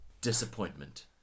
Disappointment